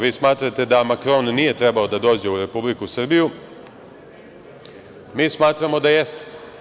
Vi smatrate da Makron nije trebao da dođe u Republiku Srbiju, a mi smatramo da jeste.